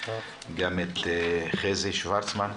גם את חזי שוורצמן,